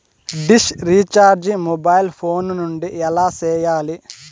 dish recharge mobile phone నుండి ఎలా సేయాలి